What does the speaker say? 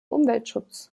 umweltschutz